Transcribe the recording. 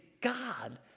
God